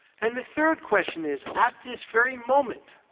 and the third question is at this very moment,